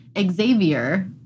Xavier